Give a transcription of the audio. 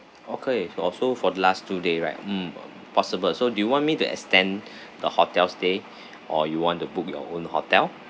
okay so also for the last two day right mm possible so do you want me to extend the hotel stay or you want to book your own hotel